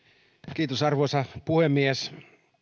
östman arvoisa puhemies